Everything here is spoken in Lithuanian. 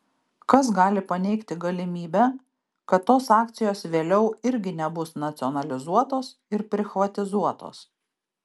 kas gali paneigti galimybę kad tos akcijos vėliau irgi nebus nacionalizuotos ir prichvatizuotos